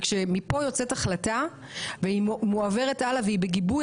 וכשמפה יוצאת החלטה והיא מועברת הלאה והיא בגיבוי